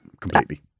completely